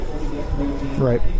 Right